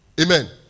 Amen